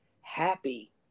happy